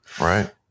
Right